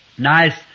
Nice